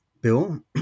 Bill